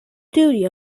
duty